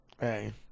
Hey